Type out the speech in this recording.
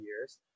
years